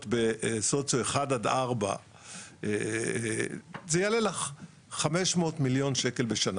בסוציו 1-4 זה יעלה לך 500 מיליון שקלים בשנה.